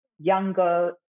younger